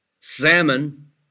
salmon